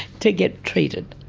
to get treated.